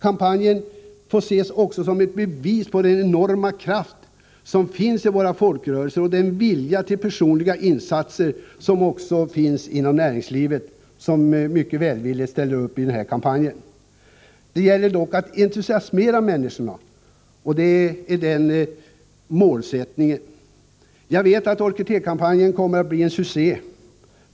Kampanjen får också ses som ett bevis på den enorma kraft som finns i våra folkrörelser och på den vilja till personliga insatser som finns också inom näringslivet, som mycket välvilligt ställer upp i den här kampanjen. Det gäller då att entusiasmera människorna, och det är det som är målsättningen. Jag vet att orkidékampanjen kommer att bli en succé.